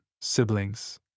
siblings